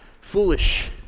foolish